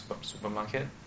supermarket